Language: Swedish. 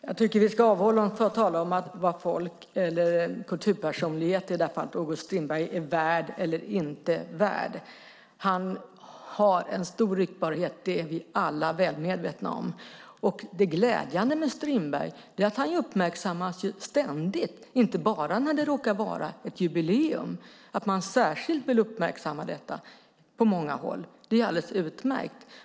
Fru talman! Jag tycker att vi ska avhålla oss från att tala om vad en kulturpersonlighet, August Strindberg i det här fallet, är värd eller inte är värd. Han har en stor ryktbarhet. Det är vi alla väl medvetna om. Det glädjande med Strindberg är att han ständigt uppmärksammas, inte bara när det råkar vara ett jubileum och man på många håll särskilt vill uppmärksamma detta. Det är alldeles utmärkt.